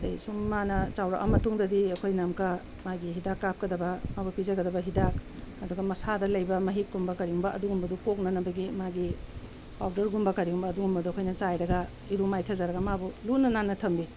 ꯑꯗꯩ ꯁꯨꯝ ꯃꯥꯅ ꯆꯥꯎꯔꯛꯑ ꯃꯇꯨꯡꯗꯗꯤ ꯑꯩꯈꯣꯏꯅ ꯑꯃꯨꯛꯀ ꯃꯥꯒꯤ ꯍꯤꯗꯥꯛ ꯀꯥꯞꯀꯗꯕ ꯃꯥꯕꯨ ꯄꯤꯖꯒꯗꯕ ꯍꯤꯗꯥꯛ ꯑꯗꯨꯒ ꯃꯁꯥꯗ ꯂꯩꯕ ꯃꯍꯤꯛꯀꯨꯝꯕ ꯀꯔꯤꯒꯨꯝꯕ ꯑꯗꯨꯒꯨꯝꯕꯗꯣ ꯀꯣꯛꯅꯅꯕꯒꯤ ꯃꯥꯒꯤ ꯄꯥꯎꯗꯔꯒꯨꯝꯕ ꯀꯔꯤꯒꯨꯝꯕ ꯑꯗꯨꯒꯨꯝꯕꯗꯣ ꯑꯩꯈꯣꯏꯅ ꯆꯥꯏꯔꯒ ꯏꯔꯨ ꯃꯥꯏꯊꯖꯔꯒ ꯃꯥꯕꯨ ꯂꯨꯅ ꯅꯥꯟꯅ ꯊꯝꯕꯤ